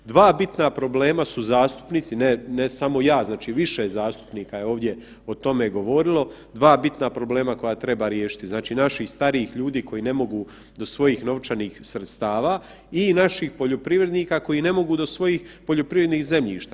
Dva bitna problema su zastupnici, ne samo ja, znači više zastupnika je o tome ovdje govorilo, dva bitna problema koja treba riješiti, znači naših starijih ljudi koji ne mogu do svojih novčanih sredstava i naših poljoprivrednika koji ne mogu do svojih poljoprivrednih zemljišta.